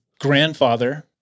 grandfather